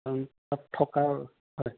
কাৰণ তাত থকাৰ হয়